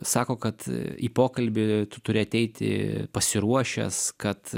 sako kad į pokalbį tu turi ateiti pasiruošęs kad